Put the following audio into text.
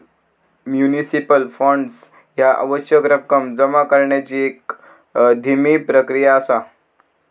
municipal bonds ह्या आवश्यक रक्कम जमा करण्याची एक धीमी प्रक्रिया असा